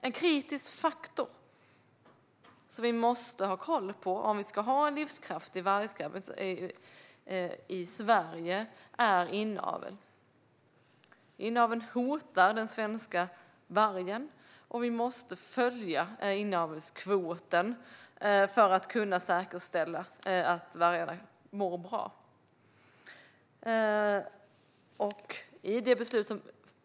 En kritisk faktor, som vi måste ha koll på om vi ska ha en livskraftig vargstam i Sverige, är inavel. Inaveln hotar den svenska vargen, och vi måste följa inavelskvoten för att kunna säkerställa att vargarna mår bra.